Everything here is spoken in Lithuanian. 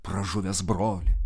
pražuvęs broli